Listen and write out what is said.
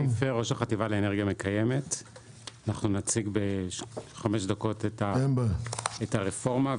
אנחנו נציג בחמש דקות את הרפורמה,